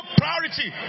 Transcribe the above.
priority